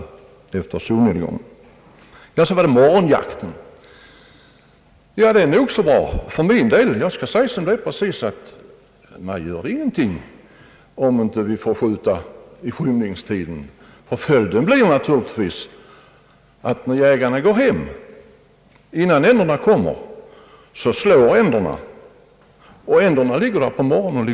Morgonjakten är nog så bra för mig. Jag skall säga precis som det är: Mig gör det ingenting om vi inte får skjuta i skymningstiden. Om jägarna går hem innan änderna kommer blir följden nämligen att dessa slår och ligger kvar på morgonen.